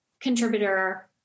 contributor